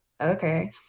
okay